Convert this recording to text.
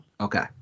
Okay